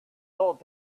told